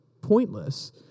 pointless